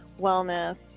wellness